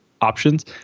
options